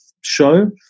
show